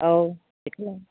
औ दे